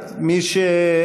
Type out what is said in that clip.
נצביע.